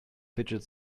fidget